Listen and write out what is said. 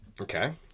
Okay